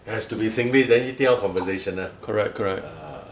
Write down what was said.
it has to be singlish then 一定要 conversational